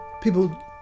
people